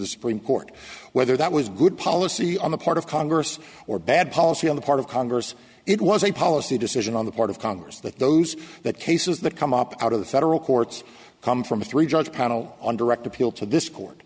the supreme court whether that was good policy on the part of congress or bad policy on the part of congress it was a policy decision on the part of congress that those that cases that come up out of the federal courts come from a three judge panel on direct appeal to this court